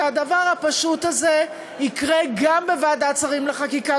שהדבר הפשוט הזה יקרה גם בוועדת השרים לחקיקה,